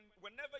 Whenever